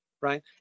right